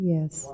Yes